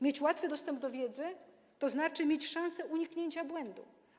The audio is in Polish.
Mieć łatwy dostęp do wiedzy, to znaczy mieć szansę uniknięcia błędu.